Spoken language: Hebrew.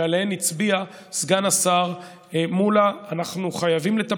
שברוב הנקודות שעליהן הצביע סגן השר מולא אנחנו חייבים לטפל,